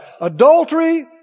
adultery